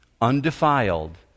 Undefiled